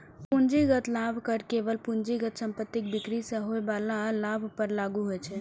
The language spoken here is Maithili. पूंजीगत लाभ कर केवल पूंजीगत संपत्तिक बिक्री सं होइ बला लाभ पर लागू होइ छै